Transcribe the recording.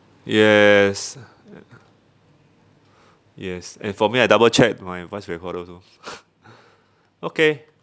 yes yes and for me I double check my voice recorder also okay